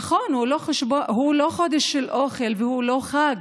נכון, הוא לא חודש של אוכל והוא לא חג,